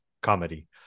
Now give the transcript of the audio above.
comedy